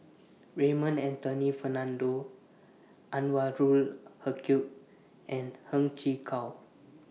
Raymond Anthony Fernando Anwarul Haque and Heng Chee How